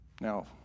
Now